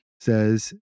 says